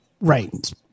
Right